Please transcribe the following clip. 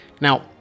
Now